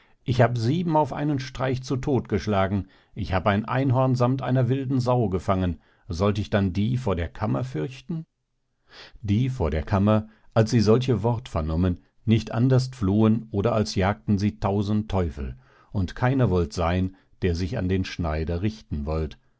ich hab sieben auf einen streich zu todt geschlagen ich hab ein einhorn sammt einer wilden sau gefangen sollt ich dann die vor der kammer fürchten die vor der kammer als sie solche wort vernommen nicht anderst flohen oder als jagten sie tausend teufel und keiner wollt seyn der sich an den schneider richten wollt